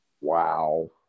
Wow